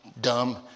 dumb